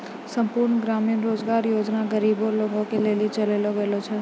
संपूर्ण ग्रामीण रोजगार योजना गरीबे लोगो के लेली चलैलो गेलो छै